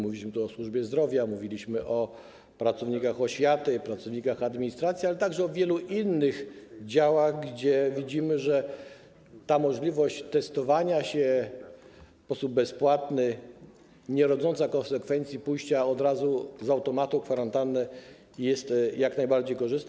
Mówiliśmy tu o służbie zdrowia, mówiliśmy o pracownikach oświaty, pracownikach administracji, ale także o wielu innych działach, w przypadku których widzimy, że ta możliwość testowania się w sposób bezpłatny, nierodząca konsekwencji pójścia od razu z automatu na kwarantannę, jest jak najbardziej korzystna.